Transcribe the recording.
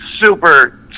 Super